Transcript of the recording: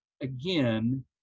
again